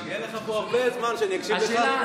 יהיה לך הרבה זמן שאני אקשיב לך.